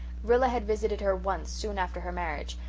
rilla had visited her once soon after her marriage,